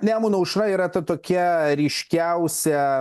nemuno aušra yra ta tokia ryškiausia